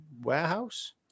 Warehouse